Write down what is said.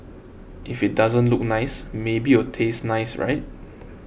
if it doesn't look nice maybe it'll taste nice right